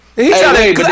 Hey